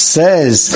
says